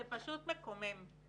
זה פשוט מקומם.